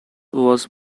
was